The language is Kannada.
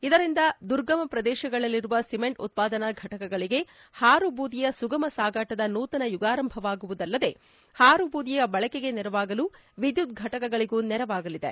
ಇದರಿಂದ ದುರ್ಗಮ ಪ್ರದೇಶಗಳಲ್ಲಿರುವ ಸಿಮೆಂಟ್ ಉತ್ಪಾದನಾ ಘಟಕಗಳಿಗೆ ಹಾರು ಬೂದಿಯ ಸುಗಮ ಸಾಗಾಟದ ನೂತನ ಯುಗಾರಂಭವಾಗುವುದಲ್ಲದೆ ಹಾರು ಬೂದಿಯ ಬಳಕೆಗೆ ನೆರವಾಗಲು ವಿದ್ಯುತ್ ಫಟಕಗಳಿಗೂ ನೆರವಾಗಲಿದೆ